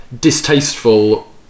distasteful